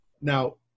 Now